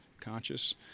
conscious